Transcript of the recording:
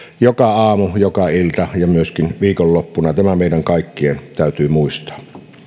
joka aamu joka ilta ja myöskin viikonloppuna tämä meidän kaikkien täytyy muistaa